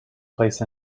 place